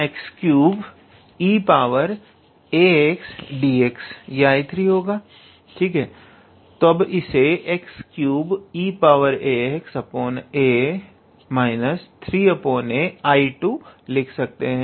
अब 𝐼3 होगा ∫ 𝑥3𝑒𝑎𝑥𝑑𝑥 और तब इसे x3eaxa 3a 𝐼2 लिख सकते हैं